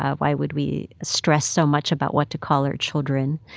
ah why would we stress so much about what to call our children?